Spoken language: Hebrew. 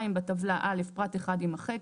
בטבלה - (א) פרט (1) ימחק.